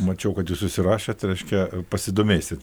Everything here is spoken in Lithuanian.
mačiau kad jūs užsirašėt reiškia pasidomėsit